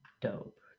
dope